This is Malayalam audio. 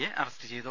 എ അറസ്റ്റ് ചെയ്തു